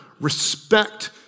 respect